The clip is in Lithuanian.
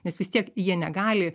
nes vis tiek jie negali